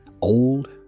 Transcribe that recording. old